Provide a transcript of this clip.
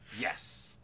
Yes